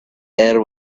air